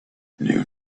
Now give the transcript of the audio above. knew